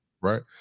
Right